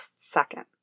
second